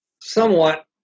Somewhat